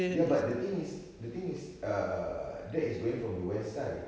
ya but the thing is the thing is that is going from the west side